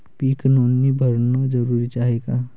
पीक नोंदनी भरनं जरूरी हाये का?